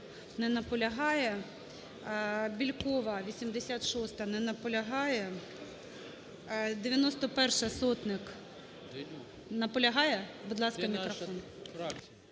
Бєлькова, 86-а. Не наполягає. 91-а, Сотник. Наполягає? Будь ласка, мікрофон.